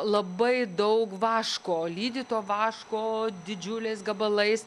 labai daug vaško lydyto vaško didžiuliais gabalais